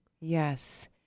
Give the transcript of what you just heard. Yes